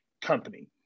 company